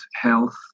health